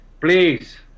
please